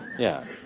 yeah.